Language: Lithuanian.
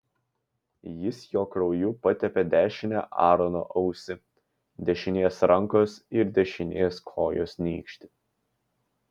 jis jo krauju patepė dešinę aarono ausį dešinės rankos ir dešinės kojos nykštį